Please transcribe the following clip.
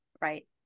Right